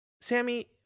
Sammy